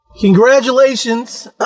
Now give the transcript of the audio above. congratulations